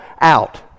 out